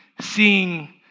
seeing